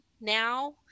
now